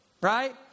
right